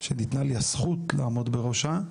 כשניתנה לי הזכות לעמוד בראשה,